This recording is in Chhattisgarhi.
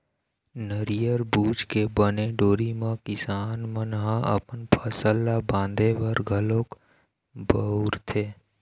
नरियर बूच के बने डोरी म किसान मन ह अपन फसल ल बांधे बर घलोक बउरथे